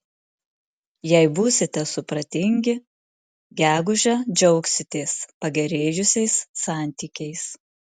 jei būsite supratingi gegužę džiaugsitės pagerėjusiais santykiais